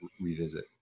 revisit